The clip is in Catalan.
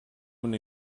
una